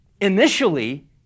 Initially